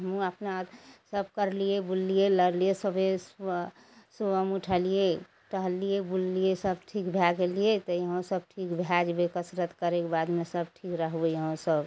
हमहूँ अपना सब करलियै बुललियै लड़लियै सबे सुबहमे उठेलियै टहललियै बुललियै सब ठीक भए गेलियै तऽ अहू सब ठीक भए जेबय कसरत करयके बादमे सब ठीक रहबइ अहूँ सब